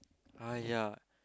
!aiya!